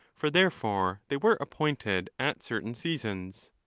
for therefore they were appointed at certain seasons.